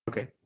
Okay